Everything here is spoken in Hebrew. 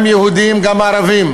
גם יהודים וגם ערבים,